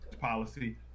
policy